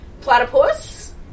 Platypus